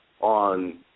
on